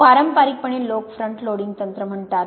पारंपारिकपणे लोक front loading तंत्र म्हणतात